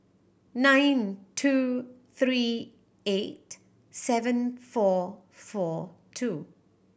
nine two three eight seven four four two